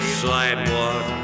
sidewalk